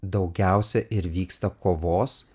daugiausia ir vyksta kovos